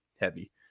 heavy